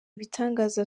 ibitangaza